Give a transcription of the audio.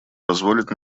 позволит